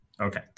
Okay